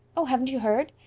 oh, haven't you heard?